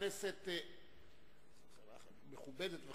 מכובדת וחביבה,